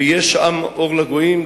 ויהיה שם אור לגויים,